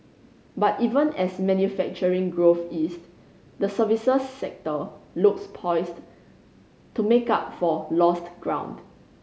but even as manufacturing growth eased the services sector looks poised to make up for lost ground